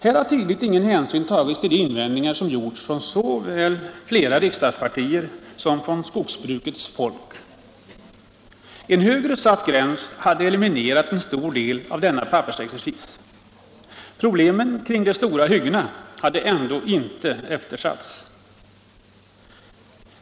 Här har tydligt ingen hänsyn tagits till de invändningar som gjorts såväl från flera riksdagspartier som från skogsbruksfolk. En högre satt gräns hade eliminerat en stor del av denna pappersexercis. Lösandet av problemen med de stora hyggena hade ändå inte eftersatts.